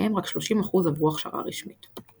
מהם רק 30% עברו הכשרה רשמית.